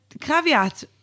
caveat